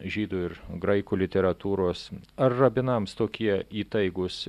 žydų ir graikų literatūros ar rabinams tokie įtaigūs